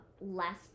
Less